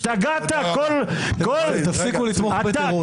תפסיקו לתמוך בטרור, בוא נתחיל עם זה.